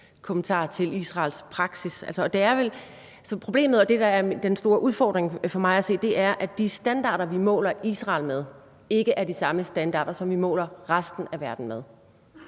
kommentarer til Israels praksis. Problemet og det, der er den store udfordring, for mig at se, er, at de standarder, vi måler Israel med, ikke er de samme standarder som dem, vi måler resten af verden med.